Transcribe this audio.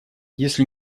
если